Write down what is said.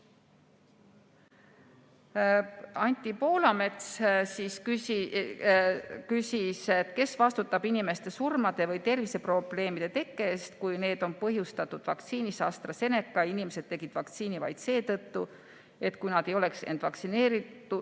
Anti Poolamets küsis, kes vastutab inimese surma või terviseprobleemide tekke eest, kui need on põhjustatud vaktsiinist AstraZeneca, aga inimene tegi vaktsiini vaid seetõttu, et kui ta ei oleks lasknud end vaktsineerida,